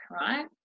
right